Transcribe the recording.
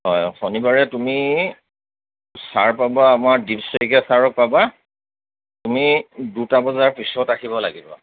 হয় শনিবাৰে তুমি চাৰ পাবা আমাৰ দীপ শইকীয়া চাৰক পাবা তুমি দুটা বজাৰ পিছত আহিব লাগিব